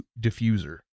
diffuser